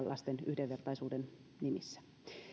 lasten yhdenvertaisuuden nimissä